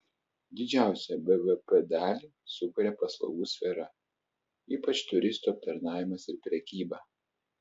didžiausią bvp dalį sukuria paslaugų sfera ypač turistų aptarnavimas ir prekyba